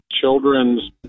children's